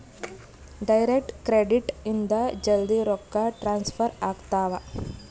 direct credit ಇಂದ ಜಲ್ದೀ ರೊಕ್ಕ ಟ್ರಾನ್ಸ್ಫರ್ ಆಗ್ತಾವ